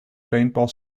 paintball